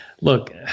Look